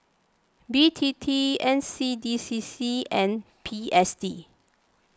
B T T N C D C C and P S D